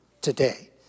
today